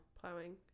Plowing